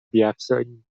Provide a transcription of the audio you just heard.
بیفزاییم